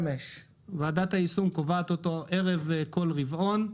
ועדת היישום קובעת אותו ערב כל רבעון.